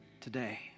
today